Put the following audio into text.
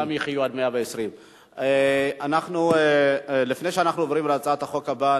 שכולם יחיו עד 120. לפני שאנחנו עוברים להצעת החוק הבאה,